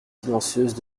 silencieuses